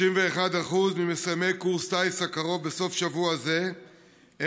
31% ממסיימי קורס הטיס הקרוב בסוף השבוע הזה באים,